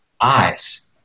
Eyes